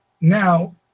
now